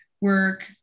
work